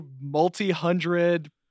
multi-hundred